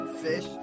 Fish